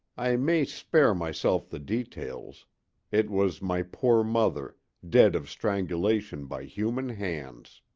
i may spare myself the details it was my poor mother, dead of strangulation by human hands!